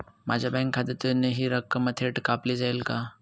माझ्या बँक खात्यातून हि रक्कम थेट कापली जाईल का?